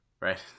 Right